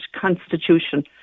Constitution